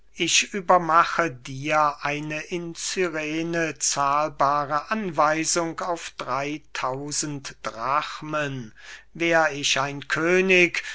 ich übermache dir eine in cyrene zahlbare anweisung auf drey tausend drachmen wär ich ein könig